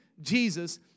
Jesus